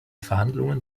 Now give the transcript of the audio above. verhandlungen